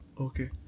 Okay